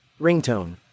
ringtone